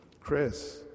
Chris